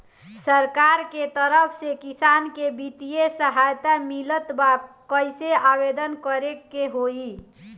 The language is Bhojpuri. सरकार के तरफ से किसान के बितिय सहायता मिलत बा कइसे आवेदन करे के होई?